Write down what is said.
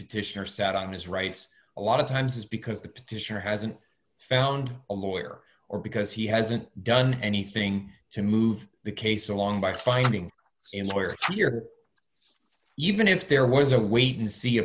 petitioner sat on his rights a lot of times because the petitioner hasn't found a lawyer or because he hasn't done anything to move the case along by finding employers here even if there was a wait and see